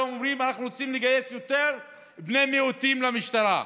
היום אומרים: אנחנו רוצים לגייס יותר בני מיעוטים למשטרה,